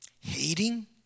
hating